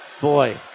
boy